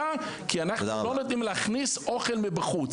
כי אנחנו לא נותנים להכניס אוכל מבחוץ.